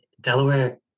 Delaware